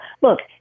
look